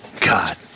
God